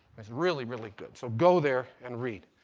it's really, really good, so go there and read.